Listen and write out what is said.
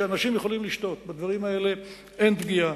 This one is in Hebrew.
היא שאנשים יכולים לשתות ובדברים האלה אין פגיעה.